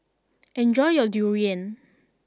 enjoy your Durian